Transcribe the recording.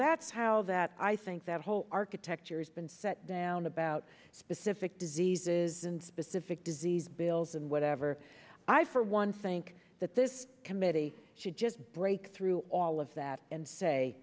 that's how that i think that whole architecture has been set down about specific diseases and specific disease bills and whatever i for one think that this committee should just break through all of that and say